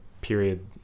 period